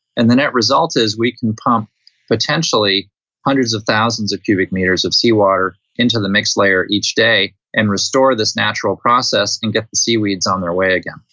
and the net result is we can pump potentially hundreds of thousands of cubic meters of sea water into the mixed layer each day and restore this natural process and get the seaweeds on their way again.